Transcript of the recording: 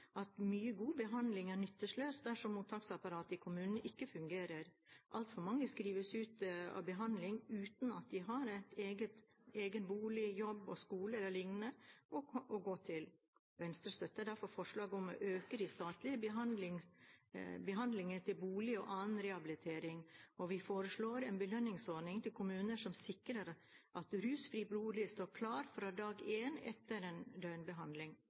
at mye god behandling er nytteløs dersom mottaksapparatet i kommunene ikke fungerer. Altfor mange skrives ut av behandling uten at de har egnet bolig, jobb, skole eller lignende å gå til. Venstre støtter derfor forslag om å øke de statlige bevilgningene til bolig og annen rehabilitering, og vi foreslår en belønningsordning til kommuner som sikrer at rusfrie boliger står klare fra dag én etter døgnbehandling.